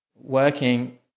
working